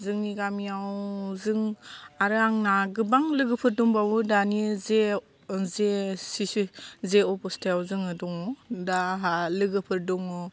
जोंनि गामियाव जों आरो आंना गोबां लोगोफोर दंबावो दानि जे अबस्थायाव जोङो दङ दा आहा लोगोफोर दङ